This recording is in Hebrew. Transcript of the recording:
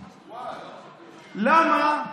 למה?